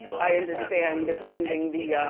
i understand they're sending the.